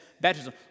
baptism